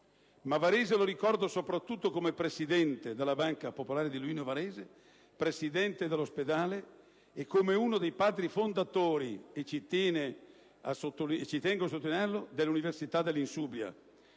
Ma Varese lo ricorda soprattutto come presidente della Banca popolare di Luino e Varese, come presidente dell'ospedale e come uno dei padri fondatori - tengo a sottolinearlo - dell'Università dell'Insubria,